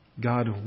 God